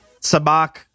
Sabak